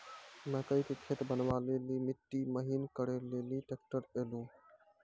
मकई के खेत बनवा ले ली मिट्टी महीन करे ले ली ट्रैक्टर ऐलो?